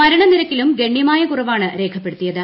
മരണനിരക്കിലും ഗണ്യമായ കുറവാണ് രേഖപ്പെടുത്തിയത്